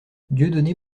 dieudonné